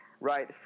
right